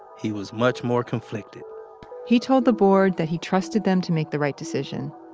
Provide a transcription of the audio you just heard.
he was much more conflicted he told the board that he trusted them to make the right decision.